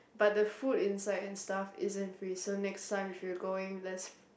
but the food inside and stuff isn't free so next time we should have go in let's